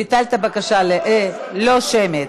ביטלת את הבקשה, לא שמית.